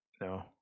No